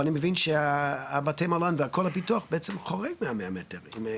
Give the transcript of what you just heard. אבל אני מבין שבתי המלון וכל הפיתוח בעצם חורג מה-100 מטר.